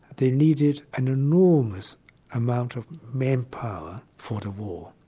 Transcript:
they needed an enormous amount of manpower for the war.